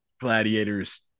gladiators